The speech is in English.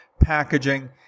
packaging